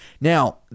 Now